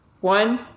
One